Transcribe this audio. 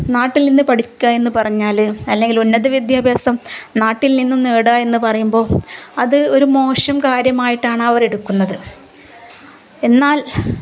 നാട്ടിൽ നിന്ന് പഠിക്കുക എന്ന് പറഞ്ഞാൽ അല്ലെങ്കിൽ ഉന്നത വിദ്യാഭ്യാസം നാട്ടിൽ നിന്നും നേടുക എന്ന് പറയുമ്പോൾ അത് ഒരു മോശം കാര്യമായിട്ടാണ് അവർ എടുക്കുന്നത് എന്നാൽ